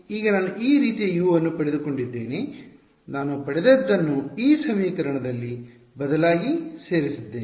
ಈಗ ನಾನು ಈ ರೀತಿಯ U ಅನ್ನು ಪಡೆದುಕೊಂಡಿದ್ದೇನೆ ನಾನು ಪಡೆದದ್ದನ್ನು ಈ ಸಮೀಕರಣದಲ್ಲಿ ಬದಲಾಗಿ ಸೇರಿಸಿದ್ದೇನೆ